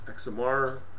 XMR